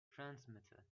transmitter